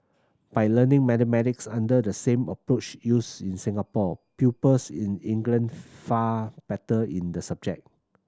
by learning mathematics under the same approach used in Singapore pupils in England fared better in the subject